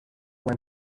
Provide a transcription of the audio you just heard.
went